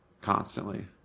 constantly